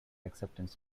acceptance